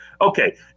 Okay